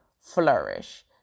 flourish